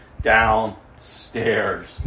downstairs